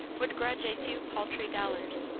would grudge a few paltry dollars,